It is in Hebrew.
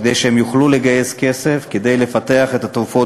כדי שהן יוכלו לגייס כסף כדי לפתח את התרופות